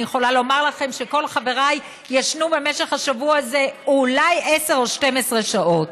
אני יכולה לומר לכם שכל חברי ישנו במשך השבוע הזה אולי 10 או 12 שעות.